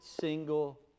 single